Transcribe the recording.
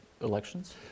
elections